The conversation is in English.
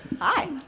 Hi